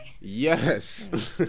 Yes